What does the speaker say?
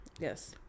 Yes